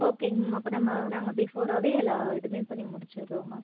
ஓகேங்க மேம் அப்போ நம்ம நாங்கள் பிஃபோராகவே எல்லா இதுவுமே பண்ணி முடிச்சுட்றோம் மேம்